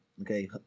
okay